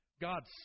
God's